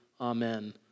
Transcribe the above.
Amen